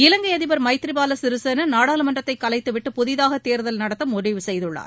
இலங்கை அதிபர் மைத்ரி பாவா சிறிசேனா நாடாளுமன்றத்தைக் கலைத்துவிட்டு புதிதாக தேர்தல் நடத்த முடிவு செய்துள்ளார்